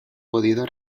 podido